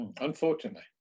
Unfortunately